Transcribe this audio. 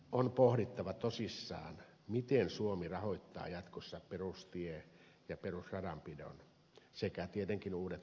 on pohdittava tosissaan miten suomi rahoittaa jatkossa perustien ja perusradanpidon sekä tietenkin uudet investoinnit